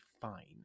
fine